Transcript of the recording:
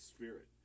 Spirit